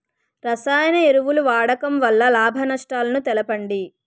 రసాయన ఎరువుల వాడకం వల్ల లాభ నష్టాలను తెలపండి?